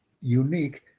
unique